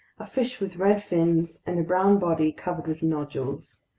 a fish with red fins and a brown body covered with nodules.